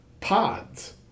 pods